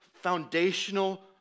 foundational